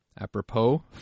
apropos